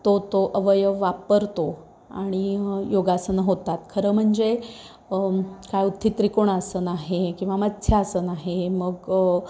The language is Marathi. तो तो अवयव वापरतो आणि योगासनं होतात खरं म्हणजे काय उत्थित त्रिकोणासन आहे किंवा मत्स्यासन आहे मग